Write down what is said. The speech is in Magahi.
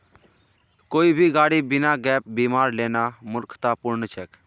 कोई भी गाड़ी बिना गैप बीमार लेना मूर्खतापूर्ण छेक